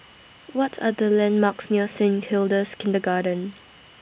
What Are The landmarks near Saint Hilda's Kindergarten